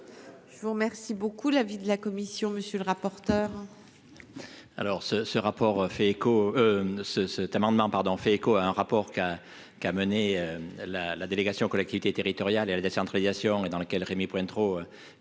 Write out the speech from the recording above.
Je vous remercie beaucoup la vie de la commission, monsieur le rapporteur.